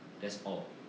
that's all